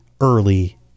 early